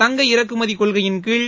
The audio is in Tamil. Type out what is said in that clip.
தங்க இறக்குமதி கொள்கையின்கீழ்